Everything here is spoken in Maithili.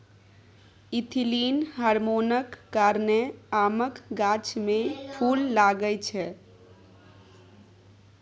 इथीलिन हार्मोनक कारणेँ आमक गाछ मे फुल लागय छै